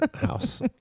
house